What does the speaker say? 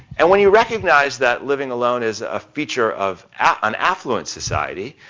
and when you recognize that living alone is a feature of an an affluent society,